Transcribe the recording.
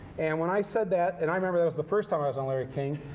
and when i said that, and i remember that was the first time i was on larry king,